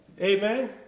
Amen